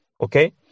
okay